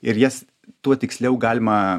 ir jas tuo tiksliau galima